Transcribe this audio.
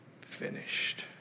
finished